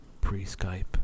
pre-Skype